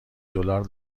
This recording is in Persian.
دلار